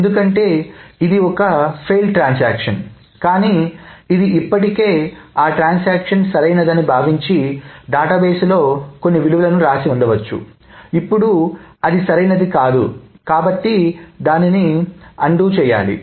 ఎందుకంటే ఇది ఒక విఫలమైనఫెయిల్ ట్రాన్సాక్షన్ కానీ ఇది ఇప్పటికే ఆ ట్రాన్సాక్షన్ సరైనదని భావించి డేటాబేస్ లో కొన్ని విలువలను వ్రాసి ఉండవచ్చు ఇప్పుడు అది సరైనది కాదు కాబట్టి దాన్ని రద్దు చేయాలి